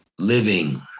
living